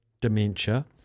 dementia